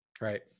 Right